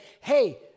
hey